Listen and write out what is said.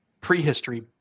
prehistory